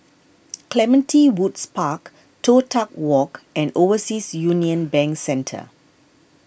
Clementi Woods Park Toh Tuck Walk and Overseas Union Bank Centre